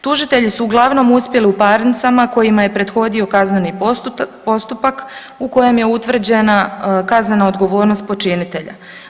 Tužitelji su uglavnom uspjeli u parnicama kojima je prethodio kazneni postupak u kojem je utvrđena kazna odgovornost počinitelja.